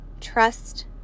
Trust